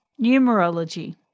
Numerology